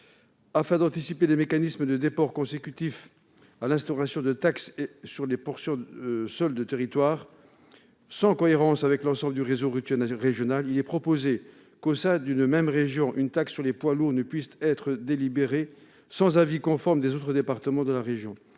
Afin d'anticiper les mécanismes de déport consécutifs à l'instauration de taxes sur des portions seules de territoires, sans cohérence avec l'ensemble du réseau routier régional, il est proposé qu'au sein d'une même région une taxe sur les poids lourds ne puisse être adoptée sans l'avis conforme des autres départements de la région.